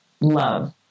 love